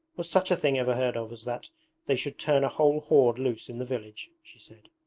was such a thing ever heard of as that they should turn a whole horde loose in the village she said.